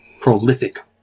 prolific